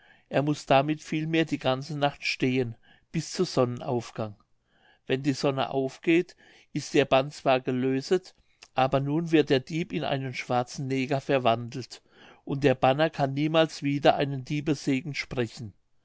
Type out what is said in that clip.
er muß damit vielmehr die ganze nacht stehen bis zu sonnenaufgang wenn die sonne aufgeht ist der bann zwar gelöset aber nun wird der dieb in einen schwarzen neger verwandelt und der banner kann niemals wieder einen diebessegen sprechen